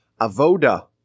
Avoda